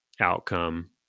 outcome